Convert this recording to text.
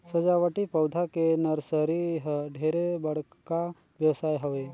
सजावटी पउधा के नरसरी ह ढेरे बड़का बेवसाय हवे